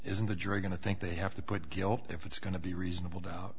isn't the jury going to think they have to put guilt if it's going to be reasonable doubt